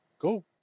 go